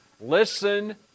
listen